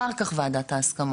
אחר כך ועדת ההסכמות.